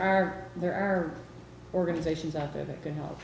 are there are organizations out there that can help